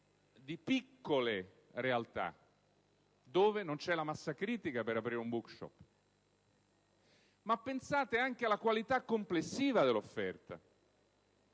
di piccole realtà, dove non vi è la massa critica per aprire un *bookshop*; ma pensate anche alla qualità complessiva dell'offerta.